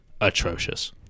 atrocious